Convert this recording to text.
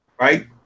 right